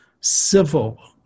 civil